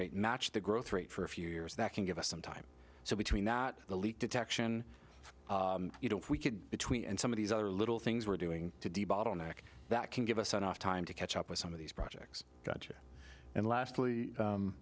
rate match the growth rate for a few years that can give us some time so between not the leak detection if you don't we could between and some of these other little things we're doing to d bottleneck that can give us enough time to catch up with some of these projects gotcha and last